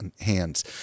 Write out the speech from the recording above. hands